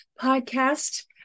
podcast